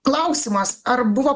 klausimas ar buvo